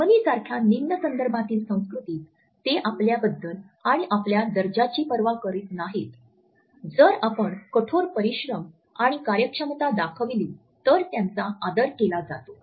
जर्मनीसारख्या निम्न संदर्भातील संस्कृतीत ते आपल्याबद्दल आणि आपल्या दर्जाची पर्वा करीत नाहीत जर आपण कठोर परिश्रम आणि कार्यक्षमता दाखविली तर त्यांचा आदर केला जातो